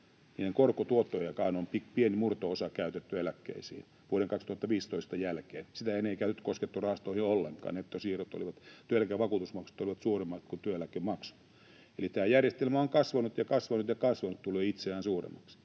Niiden korkotuotoistakin on pieni murto-osa käytetty eläkkeisiin vuoden 2015 jälkeen, sitä ennen ei koskettu rahastoihin ollenkaan. Työeläkevakuutusmaksut olivat suuremmat kuin työeläkemaksu. Eli tämä järjestelmä on kasvanut ja kasvanut ja kasvanut, tullut itseään suuremmaksi.